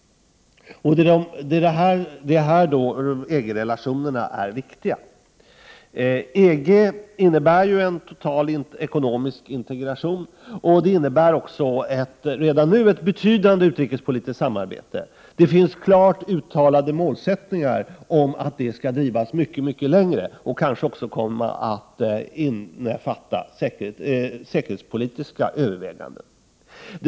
Här är EG-relationerna viktiga. EG-medlemskap innebär ju total ekonomisk integration. Det innebär redan nu ett betydande utrikespolitiskt samarbete. Det finns klart uttalade mål om att det skall drivas mycket längre och kanske också kommer att innefatta säkerhetspolitiska överväganden.